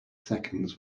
seconds